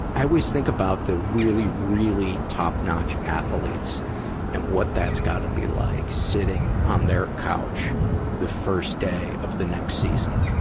i always think about the really, really top-notch athletes and what that's gotta be like sitting on their couch the first day of the next season,